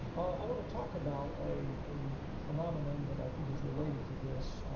i want to talk about a phenomenon that i think is related to this.